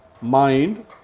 mind